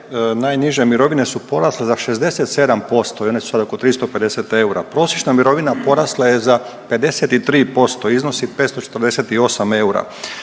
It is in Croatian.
najniže mirovine su porasle za 67% i one su sada oko 350 eura, prosječna mirovina porasla je za 53% i iznosi 548 eura,